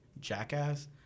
Jackass